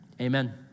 Amen